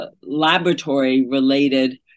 laboratory-related